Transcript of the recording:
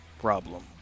problem